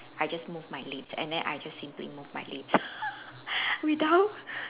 I just move my lips and then I just simply move my lips without